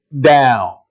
down